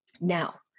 Now